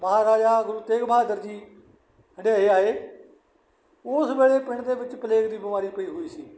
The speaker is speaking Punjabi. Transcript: ਮਹਾਰਾਜਾ ਗੁਰੂ ਤੇਗ ਬਹਾਦਰ ਜੀ ਹੰਡਿਆਏ ਆਏ ਉਸ ਵੇਲੇ ਪਿੰਡ ਦੇ ਵਿੱਚ ਪਲੇਗ ਦੀ ਬਿਮਾਰੀ ਪਈ ਹੋਈ ਸੀ